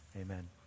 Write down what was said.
Amen